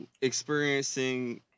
experiencing